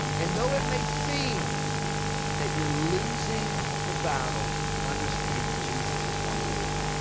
and though it may seem that you're losing the battle. understand that jesus has won the war.